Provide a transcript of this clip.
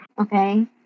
Okay